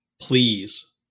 please